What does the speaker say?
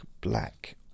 black